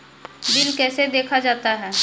Bill कैसे देखा जाता हैं?